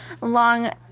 long